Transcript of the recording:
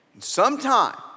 Sometime